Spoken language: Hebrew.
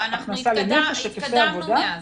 התקדמנו מאז.